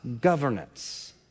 governance